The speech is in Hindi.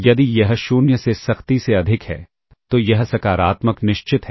यदि यह 0 से सख्ती से अधिक है तो यह सकारात्मक निश्चित है